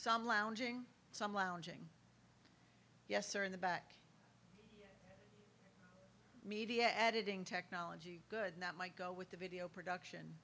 some lounging yes or in the back media editing technology good that might go with the video production